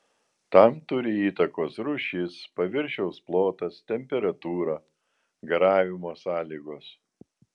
tam turi įtakos rūšis paviršiaus plotas temperatūra garavimo sąlygos